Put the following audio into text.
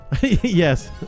Yes